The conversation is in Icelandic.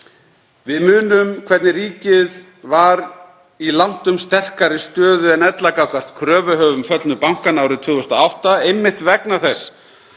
Við munum hvernig ríkið var í langtum sterkari stöðu en ella gagnvart kröfuhöfum föllnu bankanna árið 2008, einmitt vegna þess